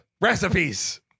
Recipes